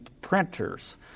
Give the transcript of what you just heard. printers